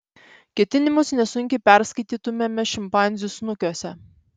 ketinimus nesunkiai perskaitytumėme šimpanzių snukiuose